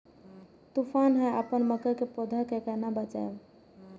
तुफान है अपन मकई के पौधा के केना बचायब?